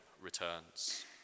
returns